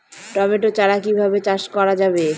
Tomato চারা কিভাবে চাষ করা যাবে?